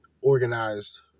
organized